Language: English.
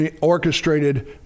orchestrated